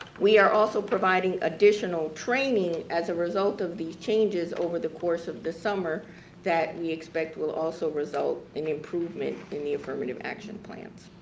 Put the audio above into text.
we are also providing additional training as a result of these changes over the course of the summer that we expect will also result in improvement in the affirmative action plan.